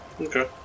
Okay